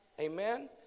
Amen